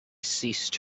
ceased